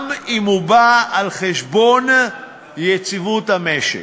גם אם הוא בא על חשבון יציבות המשק.